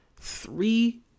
three